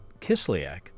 Kislyak